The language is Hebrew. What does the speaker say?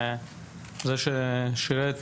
עשיתי